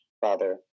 father